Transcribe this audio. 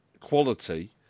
quality